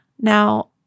Now